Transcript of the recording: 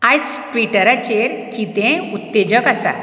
आयज ट्विटराचेर किदेंय उत्तेजक आसा